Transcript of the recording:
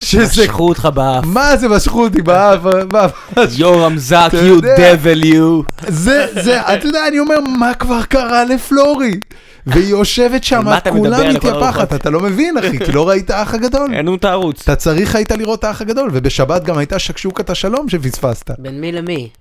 משכו אותך באף. מה זה משכו אותי באף? יו רמזת, יו דבל יו. זה, זה, אתה יודע, אני אומר, מה כבר קרה לפלורי? והיא יושבת שם, כולה מתייפחת, אתה לא מבין, אחי? כי לא ראית את האח הגדול? אין לנו את הערוץ. אתה צריך היית לראות האח הגדול, ובשבת גם הייתה שקשוקת השלום שפיספסת. בין מי למי.